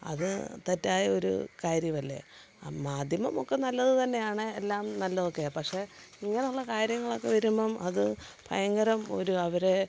അത് തെറ്റായ ഒരു കാര്യമല്ലേ മാധ്യമം ഒക്കെ നല്ലതുതന്നെയാണ് എല്ലാം നല്ലതൊക്കെയാ പക്ഷേ ഇങ്ങനെയുള്ള കാര്യങ്ങളൊക്കെ വരുമ്പോള് അത് ഭയങ്കരം ഒരു അവരെ